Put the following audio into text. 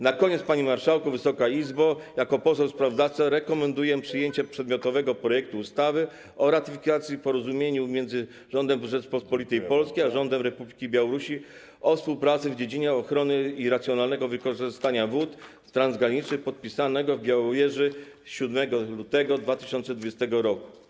Na koniec, panie marszałku, Wysoka Izbo, jako poseł sprawozdawca rekomenduję przyjęcie przedmiotowego projektu ustawy o ratyfikacji Porozumienia między Rządem Rzeczypospolitej Polskiej a Rządem Republiki Białorusi o współpracy w dziedzinie ochrony i racjonalnego wykorzystania wód transgranicznych, podpisanego w Białowieży dnia 7 lutego 2020 r.